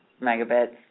megabits